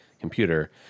computer